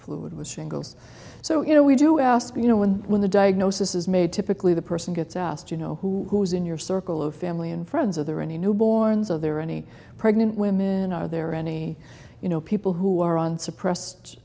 shingles so you know we do ask you know when when the diagnosis is made typically the person gets asked you know who is in your circle of family and friends are there any newborns are there any pregnant women are there any you know people who are on suppressed